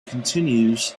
continues